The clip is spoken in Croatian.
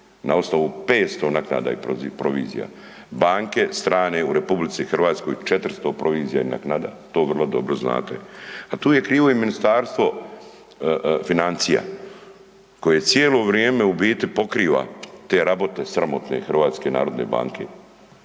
na osnovu 500 naknada i provizija, banke strane u RH 400 provizija i naknada, to vrlo dobro znate. Tu je krivo i Ministarstvo financija koje cijelo vrijeme u biti pokriva te rabote sramotne HNB-a. I zbog tih